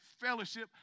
fellowship